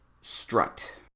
Strut